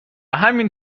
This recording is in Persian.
همین